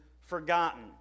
forgotten